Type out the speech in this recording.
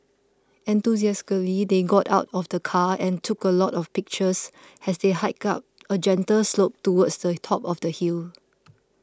enthusiastically they got out of the car and took a lot of pictures as they hiked up a gentle slope towards the top of the hill